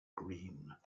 green